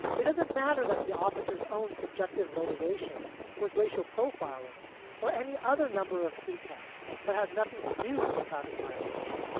it. doesn't matter that the officers own subjective motivation was racial profiling or any other number of pretexts that had nothing to do with a traffic violation.